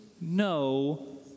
no